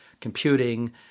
computing